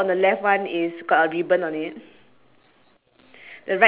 then your potato is one sack filled then one you only have one sack mm got nothing else already